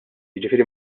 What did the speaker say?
jiġifieri